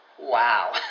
Wow